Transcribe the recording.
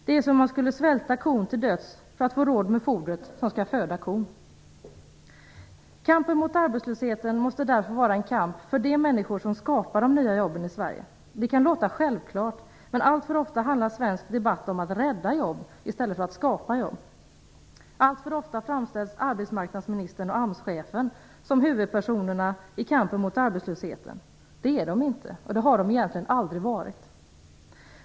Det är som om man skulle svälta kon till döds för att få råd med fodret som skall föda kon. Kampen mot arbetslösheten måste därför vara en kamp för de människor som skapar de nya jobben i Sverige. Det kan låta självklart, men alltför ofta handlar den svenska debatten om att rädda jobb i stället för att skapa jobb. Alltför ofta framställs arbetsmarknadsministern och AMS-chefen som huvudpersonerna i kampen mot arbetslösheten. Det är de inte, och det har de egentligen aldrig varit.